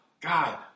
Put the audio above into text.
God